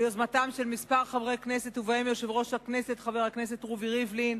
ביוזמתם של כמה חברי כנסת ובהם יושב-ראש הכנסת חבר הכנסת רובי ריבלין,